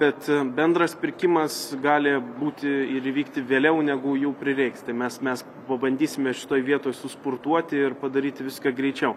bet bendras pirkimas gali būti ir įvykti vėliau negu jų prireiks tai mes mes pabandysime šitoj vietoj suspurtuoti ir padaryti viską greičiau